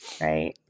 Right